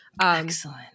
Excellent